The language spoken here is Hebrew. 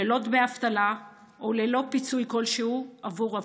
ללא דמי אבטלה וללא פיצוי כלשהו עבור עבודתם.